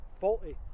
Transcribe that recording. faulty